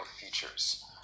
features